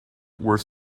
were